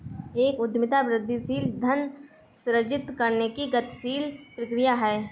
एक उद्यमिता वृद्धिशील धन सृजित करने की गतिशील प्रक्रिया है